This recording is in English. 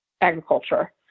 agriculture